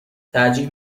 ترجیح